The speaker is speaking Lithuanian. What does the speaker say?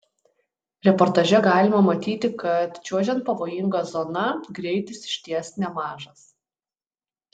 reportaže galima matyti kad čiuožiant pavojinga zona greitis iš ties nemažas